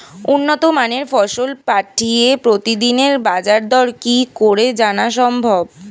উন্নত মানের ফসল পাঠিয়ে প্রতিদিনের বাজার দর কি করে জানা সম্ভব?